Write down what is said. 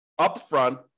upfront